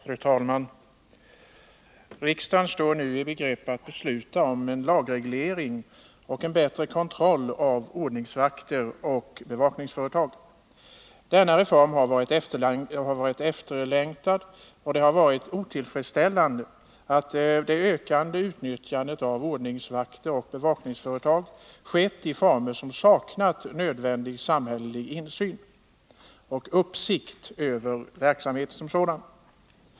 Fru talman! Riksdagen står nu i begrepp att besluta om en lagreglering och en bättre kontroll i fråga om ordningsvakter och bevakningsföretag. Denna reform är efterlängtad. Det har varit otillfredsställande att det ökande utnyttjandet av ordningsvakter och bevakningsföretag skett i former som inneburit att man saknat nödvändig samhällelig insyn och uppsikt över verksamheten som sådan.